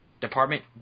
department